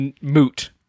moot